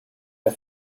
der